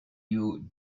you